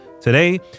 Today